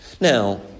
Now